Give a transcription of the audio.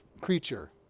creature